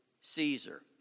Caesar